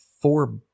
four